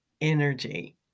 energy